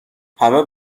همه